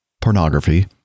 pornography